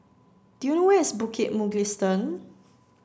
do you know where is Bukit Mugliston